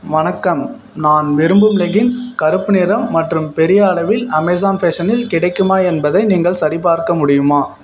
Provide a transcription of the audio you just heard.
வணக்கம் நான் விரும்பும் லெகின்ஸ் கருப்பு நிறம் மற்றும் பெரிய அளவில் அமேசான் ஃபேஷனில் கிடைக்குமா என்பதை நீங்கள் சரிபார்க்க முடியுமா